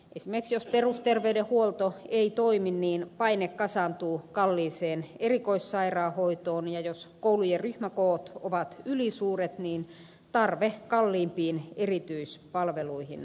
esimerkiksi jos perusterveydenhuolto ei toimi niin paine kasaantuu kalliiseen erikoissairaanhoitoon ja jos koulujen ryhmäkoot ovat ylisuuret niin tarve kalliimpiin erityispalveluihin kasvaa